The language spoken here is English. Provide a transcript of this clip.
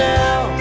now